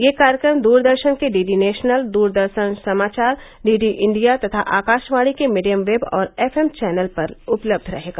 यह कार्यक्रम द्रदर्शन के डीडी नेशनल द्रदर्शन समाचार डीडी इंडिया तथा आकाशवाणी के मीडियम वेव और एफएम चैनल पर उपलब्ध रहेगा